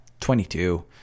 22